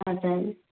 हजुर